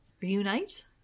Reunite